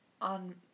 on